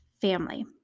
family